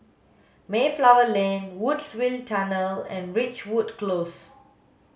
Mayflower Lane Woodsville Tunnel and Ridgewood Close